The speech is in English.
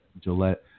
Gillette